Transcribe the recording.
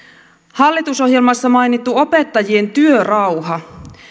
hallitusohjelmassa mainittu opettajien työrauha